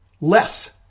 Less